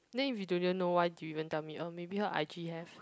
then if you didn't know why did you even tell me uh maybe her i_g have